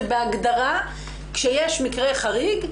זה בהגדרה כשיש מקרה חריג,